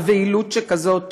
בבהילות כזאת,